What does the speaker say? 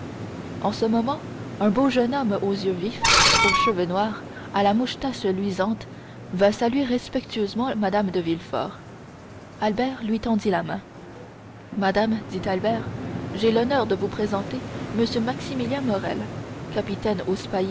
en ce moment un beau jeune homme aux yeux vifs aux cheveux noirs à la moustache luisante vint saluer respectueusement mme de villefort albert lui tendit la main madame dit albert j'ai l'honneur de vous présenter m maximilien morrel capitaine